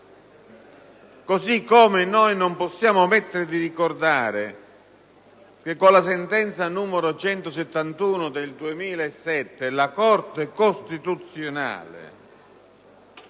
così come non possiamo omettere di ricordare che con la sentenza n. 171 del 2007 la Corte costituzionale